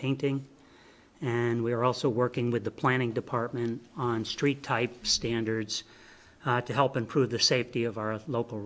painting and we are also working with the planning department on street type standards to help improve the safety of our local